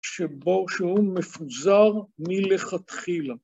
‫שבו שהוא מפוזר מלכתחילה.